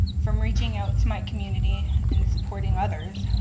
from reaching out to my community and supporting others,